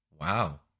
Wow